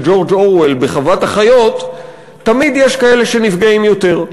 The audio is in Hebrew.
ג'ורג' אורוול ב"חוות החיות": תמיד יש כאלה שנפגעים יותר,